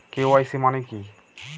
KYC মানে কি?